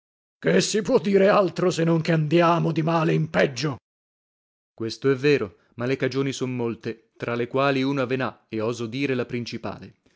che si può dire altro se non che andiamo di male in peggio per questo è vero ma le cagioni son molte tra le quali una ve nha e oso dire la principale